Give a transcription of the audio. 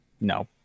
no